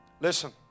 Listen